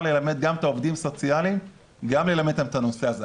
ללמד גם את העובדים הסוציאליים את הנושא הזה.